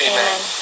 Amen